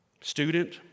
Student